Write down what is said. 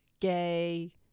gay